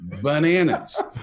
bananas